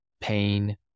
pain